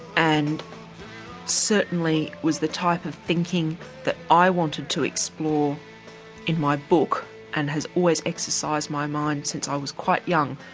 and certainly was the type of thinking that i wanted to explore in my book and has always exercised my mind since i was quite young.